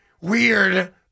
Weird